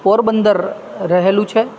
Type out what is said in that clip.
પોરબંદર રહેલું છે